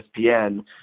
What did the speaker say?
ESPN